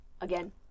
again